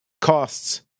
costs